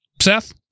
Seth